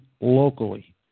locally